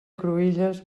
cruïlles